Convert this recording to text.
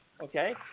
Okay